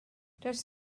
does